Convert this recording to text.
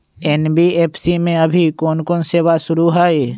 NBFC में अभी कोन कोन सेवा शुरु हई?